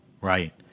Right